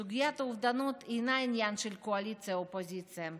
סוגיית האובדנות אינה עניין של קואליציה אופוזיציה,